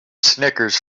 snickers